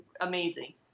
Amazing